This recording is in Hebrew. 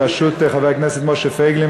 בראשות חבר הכנסת משה פייגלין.